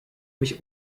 mich